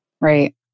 Right